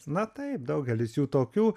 na taip daugelis jų tokių